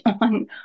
on